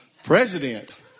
President